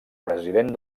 president